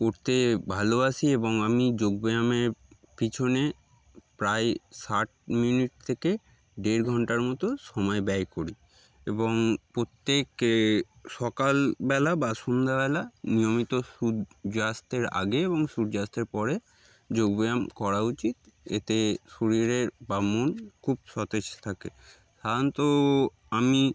করতে ভালোবাসি এবং আমি যোগব্যায়ামের পিছনে প্রায় ষাট মিনিট থেকে দেড় ঘন্টার মতো সময় ব্যয় করি এবং প্রত্যেক সকালবেলা বা সন্ধ্যাবেলা নিয়মিত সূর্যাস্তের আগে এবং সূর্যাস্তের পরে যোগব্যায়াম করা উচিত এতে শরীরের বা মন খুব সতেজ থাকে সাধারণত আমি